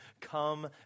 Come